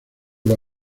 los